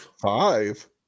Five